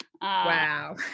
Wow